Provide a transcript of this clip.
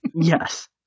Yes